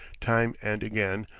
time and again,